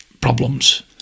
problems